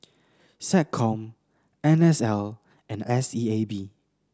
SecCom N S L and S E A B